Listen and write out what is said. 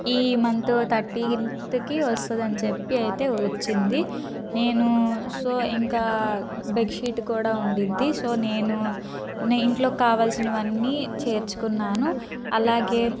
ఈ మంత్ థర్టీన్త్కి వస్తుంది అని చెప్పి వచ్చింది నేను సో ఇంకా బెడ్షీట్ కూడా ఉండిద్ది సో నేను నేను ఇంట్లో కావాల్సినవి అన్నీ చేర్చుకున్నాను అలాగే